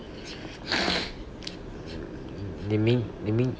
they mean you mean